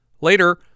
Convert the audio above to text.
Later